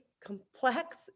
complex